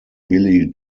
billy